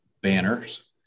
banners